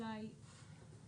אולי,